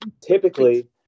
Typically